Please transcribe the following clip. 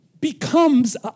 becomes